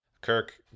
Kirk